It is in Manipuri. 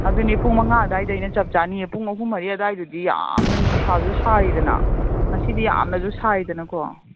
ꯑꯗꯨꯅꯤ ꯄꯨꯡ ꯃꯉꯥ ꯑꯗꯨꯋꯥꯏꯗꯩꯅ ꯆꯞ ꯆꯥꯅꯤꯌꯦ ꯄꯨꯡ ꯑꯍꯨꯝ ꯃꯔꯤ ꯑꯗꯨꯋꯥꯏꯗꯨꯗꯤ ꯌꯥꯝꯅ ꯅꯨꯡꯁꯥꯁꯨ ꯁꯥꯔꯤꯗꯅ ꯉꯁꯤꯗꯤ ꯌꯥꯝꯅꯁꯨ ꯁꯥꯏꯗꯅꯀꯣ